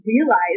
realize